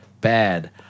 bad